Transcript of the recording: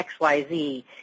XYZ